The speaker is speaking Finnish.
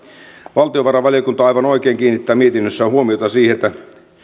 valtiovarainvaliokunta aivan oikein kiinnittää mietinnössään huomiota siihen että